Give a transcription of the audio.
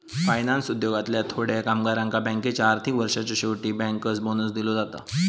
finance उद्योगातल्या थोड्या कामगारांका बँकेच्या आर्थिक वर्षाच्या शेवटी बँकर्स बोनस दिलो जाता